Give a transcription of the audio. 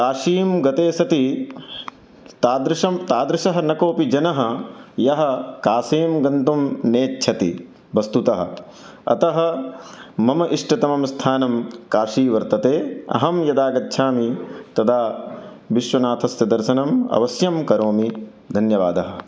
काशीं गते सति तादृशं तादृशः न कोऽपि जनः यः काशीं गन्तुं नेच्छति वस्तुतः अतः मम इष्टतमं स्थानं काशी वर्तते अहं यदा गच्छामि तदा विश्वनाथस्य दर्शनम् अवश्यं करोमि धन्यवादः